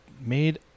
made